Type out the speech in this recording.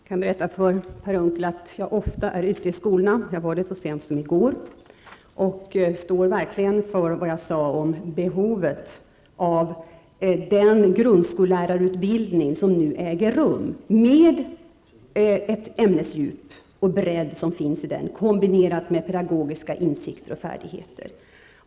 Herr talman! Jag kan berätta för Per Unckel att jag ofta är ute i skolorna -- jag var det så sent som i går. Jag står verkligen för vad jag sade om behovet av den grundskollärarutbildning som nu äger rum, med det ämnesdjup och den bredd som finns i den, kombinerat med pedagogiska insikter och färdigheter.